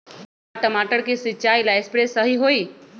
का टमाटर के सिचाई ला सप्रे सही होई?